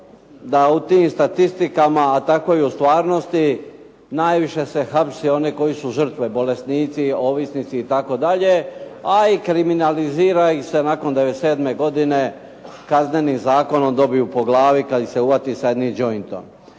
da u tim statistikama, a tako i u stvarnosti najviše se hapsi one koji su žrtve bolesnici, ovisnici itd., a i kriminalizira ih se nakon '97. godine Kaznenim zakonom dobiju po glavi kad ih se uhvati sa jednim jointom.